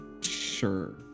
Sure